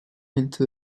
into